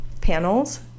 panels